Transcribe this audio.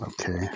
Okay